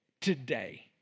today